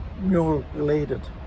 mule-related